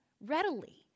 readily